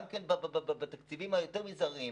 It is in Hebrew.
גם בתקציבים היותר מזעריים,